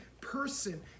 person